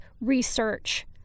research